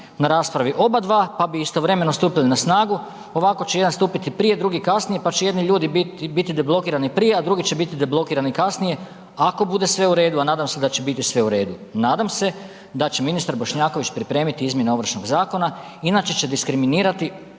na raspravi oba dva, pa bi istovremeno stupili na snagu, ovako će jedan stupiti prije, drugi kasnije, pa će jedni ljudi biti deblokirani prije, a drugi će biti deblokirani kasnije, ako bude sve u redu, a nadam se da će biti sve u redu. Nadam se da će ministar Bošnjaković pripremiti izmjene Ovršnog zakona, inače će diskriminirati